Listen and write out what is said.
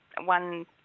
one